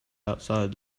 outside